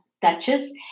Duchess